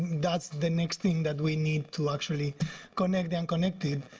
that's the next thing that we need to actually connect the unconnected.